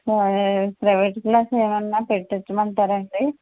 సరే private class ఏమైనా పెట్టించమంటారా అండి